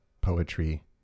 poetry